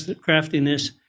craftiness